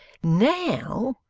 now,